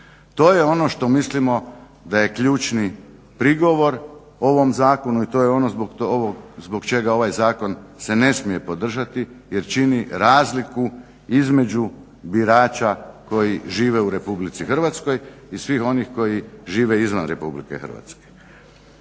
To je ono što mislimo da je ključni prigovor ovom zakonu i to je ono zbog čega ovaj zakon se ne smije podržati jer čini razliku između birača koji žive u RH i svih onih koji žive izvan RH.